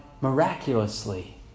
miraculously